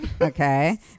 okay